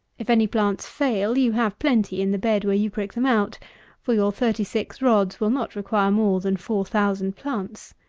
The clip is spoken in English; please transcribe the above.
if any plants fail, you have plenty in the bed where you prick them out for your thirty six rods will not require more than four thousand plants.